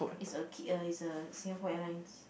it's a k~ it's a Singapore Airlines